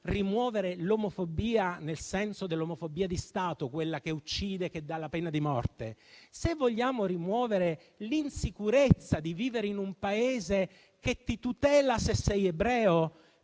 rimuovere l'omofobia di Stato, quella che uccide con la pena di morte, e se vogliamo rimuovere l'insicurezza di vivere in un Paese che ti tutela se sei ebreo,